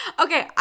Okay